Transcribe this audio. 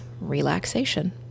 relaxation